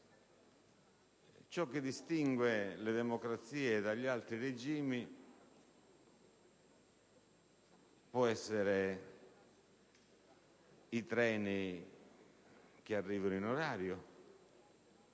Ciò che distingue le democrazie dagli altri regimi possono essere i treni che arrivano in orario,